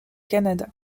canada